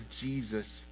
Jesus